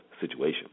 situation